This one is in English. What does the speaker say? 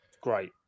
Great